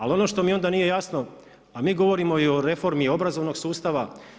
Ali ono što mi onda nije jasno, a mi govorimo i o reformi obrazovnog sustava.